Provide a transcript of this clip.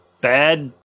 bad